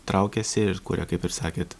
traukiasi ir kuria kaip ir sakėt